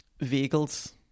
vehicles